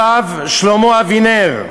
הרב שלמה אבינר.